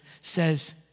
says